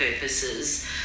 purposes